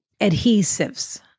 adhesives